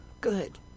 Good